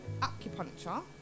acupuncture